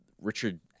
Richard